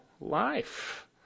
life